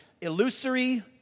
illusory